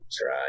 try